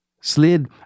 slid